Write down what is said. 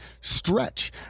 stretch